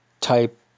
type